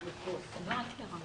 תודה רבה